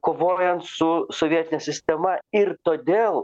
kovojant su sovietine sistema ir todėl